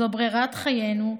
זו ברירת חיינו,